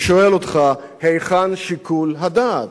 אני שואל אותך: היכן שיקול הדעת?